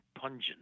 pungent